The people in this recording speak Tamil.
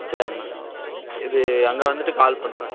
சரிண்ணா இது அங்கே வந்துட்டு கால் பண்ணுறேன்